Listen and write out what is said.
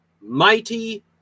Mighty